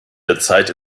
derzeit